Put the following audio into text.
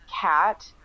cat